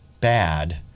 bad